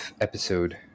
episode